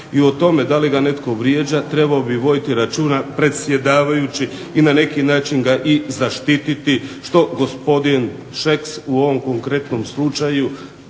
I o tome da li ga netko vrijeđa trebao bi voditi računa predsjedavajući i na neki način ga i zaštiti što gospodin Šeks u ovom konkretnom slučaju,